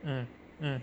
mm mm